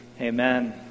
amen